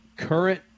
Current